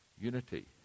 unity